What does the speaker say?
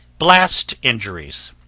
blast injuries